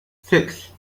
six